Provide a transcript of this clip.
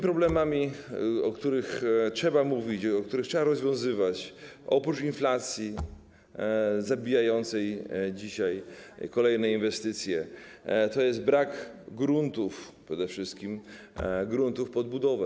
Problemem, o którym trzeba mówić, który trzeba rozwiązywać, oprócz inflacji zabijającej dzisiaj kolejne inwestycje, jest brak gruntów, przede wszystkim gruntów pod budowę.